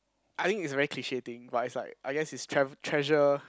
I think it's a very cliche thing but it's like I guess it's tre~ treasure